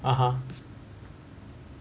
(uh huh)